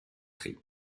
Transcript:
christ